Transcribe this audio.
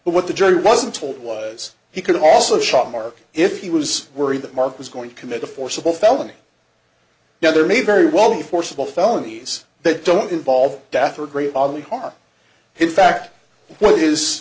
but what the jury wasn't told was he could also shot mark if he was worried that mark was going to commit a forcible felony now there may very well be forcible felony as that don't involve death or great bodily harm in fact what is